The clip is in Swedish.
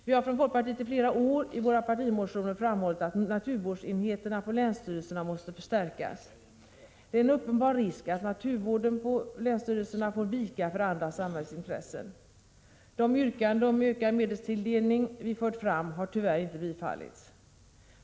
Vi har från folkpartiet i flera år i våra partimotioner framhållit att naturvårdsenheterna på länsstyrelserna måste förstärkas. Det är en uppenbar risk att naturvården på länsstyrelserna får vika för andra samhällsintressen. De yrkanden om ökad medelstilldelning vi fört fram har tyvärr inte bifallits.